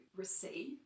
receive